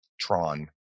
Tron